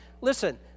Listen